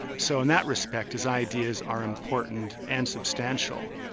so in that respect his ideas are important and substantial.